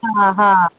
हा हा